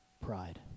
pride